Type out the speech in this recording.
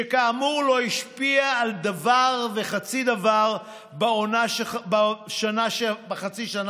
שכאמור לא השפיע על דבר וחצי דבר בחצי השנה